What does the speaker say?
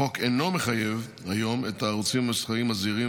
החוק אינו מחייב היום את הערוצים המסחריים הזעירים